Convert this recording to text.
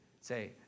Say